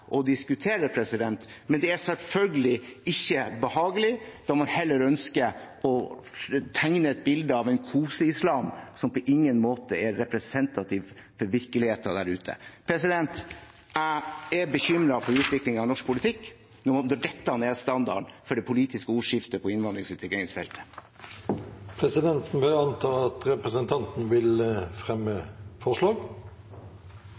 å diskutere, men det er selvfølgelig ikke behagelig når man heller ønsker å tegne et bilde av en kose-islam som på ingen måte er representativ for virkeligheten der ute. Jeg er bekymret for utviklingen i norsk politikk når dette er standarden for det politiske ordskiftet på